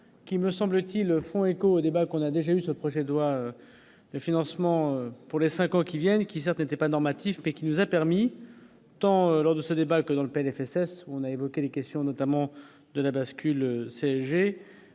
qui me semble-t-il, font écho au débat qu'on a déjà eu ce projet de loi de financement pour les 5 ans qui viennent, qui sortaient pas normatif mais qui nous a permis, temps lors de ce débat que dans le PLFSS on a évoqué les questions, notamment de la bascule de